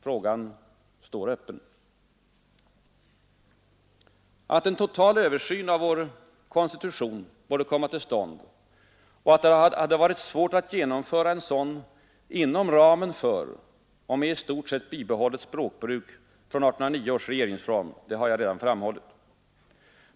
Frågan står öppen Att en total översyn av vår konstitution borde komma till stånd och att det hade varit svårt att genomföra en sådan inom ramen för och med i stort sett bibehållet språkbruk från 1809 års regeringsform har jag redan framhållit.